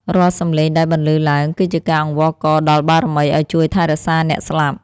រាល់សំឡេងដែលបន្លឺឡើង គឺជាការអង្វរករដល់បារមីឱ្យជួយថែរក្សាអ្នកស្លាប់។